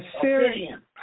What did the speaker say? Syrian